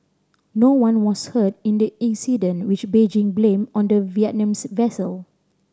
no one was hurt in the incident which Beijing blamed on the Vietnamese vessel